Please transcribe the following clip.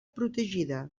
protegida